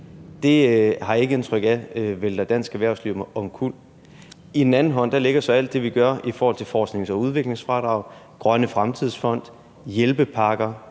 Det har jeg ikke indtryk af vælter dansk erhvervsliv omkuld. I den anden hånd ligger så alt det, vi gør i forhold til forsknings- og udviklingsfradrag, Danmarks Grønne Fremtidsfond, hjælpepakker,